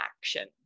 action